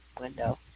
window